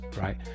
right